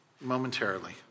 momentarily